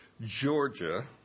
Georgia